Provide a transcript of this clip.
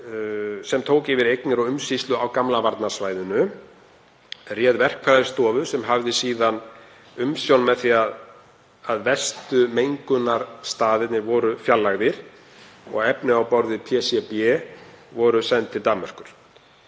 sem tók yfir eignir og umsýslu á gamla varnarsvæðinu réð verkfræðistofu sem hafði síðan umsjón með því að verstu mengunarstaðirnir voru fjarlægðir og efni á borð við PCB voru send til Danmerkur.